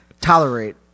tolerate